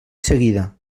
seguida